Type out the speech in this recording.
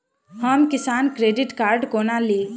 हम किसान credit card कोना ली?